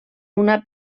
una